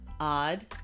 odd